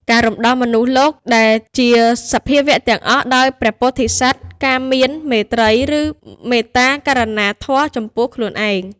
ការរំដោះមនុស្សលោកដែលជាសភាវៈទាំងអស់ដោយព្រះពោធិសត្វ ការមាន មេត្រី ឬមេត្តា ករុណាធម៌ចំពោះខ្លួនឯង ។